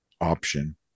option